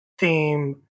Theme